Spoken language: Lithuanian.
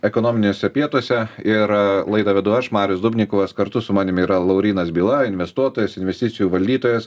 ekonominiuose pietuose ir laidą vedu aš marius dubnikovas kartu su manimi yra laurynas byla investuotojas investicijų valdytojas